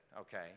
Okay